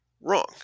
wrong